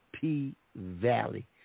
P-Valley